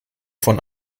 von